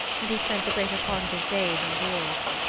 and he spent the greater part of his days indoors.